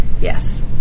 Yes